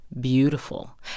beautiful